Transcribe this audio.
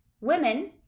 women